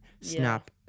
Snap